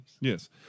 Yes